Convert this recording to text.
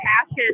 passion